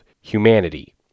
humanity